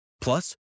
Plus